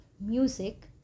music